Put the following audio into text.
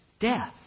Death